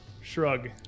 shrug